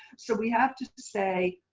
so we have to say,